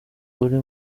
uri